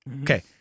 Okay